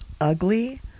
ugly